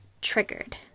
triggered